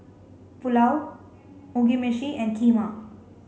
Pulao Mugi Meshi and Kheema